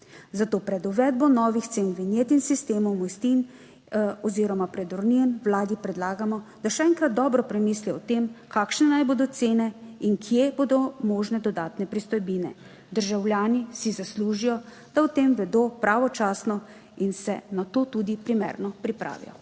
Zato pred uvedbo novih cen vinjet in sistemov MSN oziroma prodornim vladi predlagamo, da še enkrat dobro premisli o tem, kakšne naj bodo cene in kje bodo možne dodatne pristojbine. Državljani si zaslužijo, da o tem vedo pravočasno in se na to tudi primerno pripravijo.